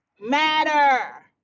matter